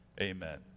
amen